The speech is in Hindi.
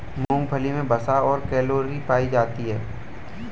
मूंगफली मे वसा और कैलोरी पायी जाती है